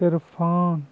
Irfan